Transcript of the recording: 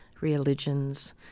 religions